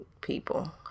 people